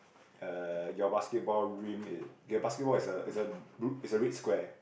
uh your basketball rim it your basketball is a is a bl~ is a red square